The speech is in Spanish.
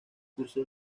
cursó